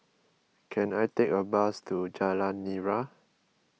can I take a bus to Jalan Nira